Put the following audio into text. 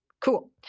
Cool